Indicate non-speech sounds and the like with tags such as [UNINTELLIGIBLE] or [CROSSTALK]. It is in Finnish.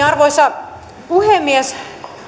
[UNINTELLIGIBLE] arvoisa puhemies